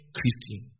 Christian